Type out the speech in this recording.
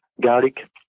garlic